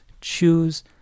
choose